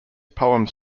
poems